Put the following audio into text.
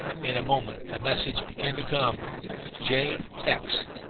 in a moment a message began to come j x.